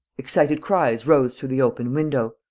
excited cries rose through the open window.